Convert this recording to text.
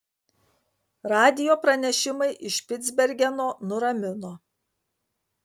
radijo pranešimai iš špicbergeno nuramino